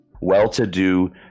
well-to-do